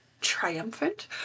triumphant